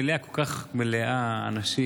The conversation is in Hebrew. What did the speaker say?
מליאה כל כך מלאה אנשים,